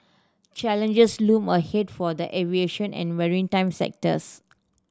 challenges loom ahead for the aviation and maritime sectors